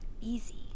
easy